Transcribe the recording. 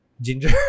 ginger